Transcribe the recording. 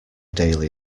daily